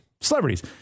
celebrities